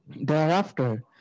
Thereafter